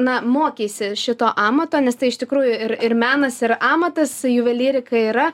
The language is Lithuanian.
na mokeisi šito amato nes tai iš tikrųjų ir ir menas ir amatas juvelyrika yra